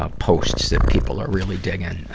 ah posts that people are really digging.